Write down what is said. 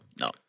No